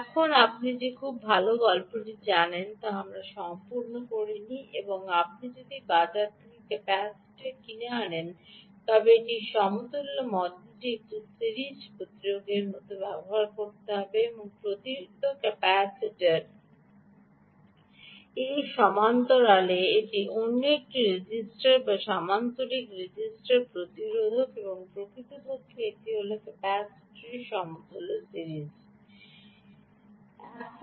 এখন আপনি যে গল্পটি খুব ভাল জানেন তা আমি সম্পূর্ণ করিনি যে আপনি যদি বাজার থেকে ক্যাপাসিটর কিনে থাকেন তবে এটি সমতুল্য মডেলটি একটি সিরিজ প্রতিরোধকের মতো হবে এবং প্রকৃত ক্যাপাসিটার এবং এর সমান্তরালে এটি অন্য একটি রেজিস্টার এটি সমান্তরাল রেজিস্টার সিরিজ প্রতিরোধক এবং প্রকৃতপক্ষে এটি হল ক্যাপাসিটরের সমতুল্য সিরিজ প্রতিরোধকে অবদান রাখে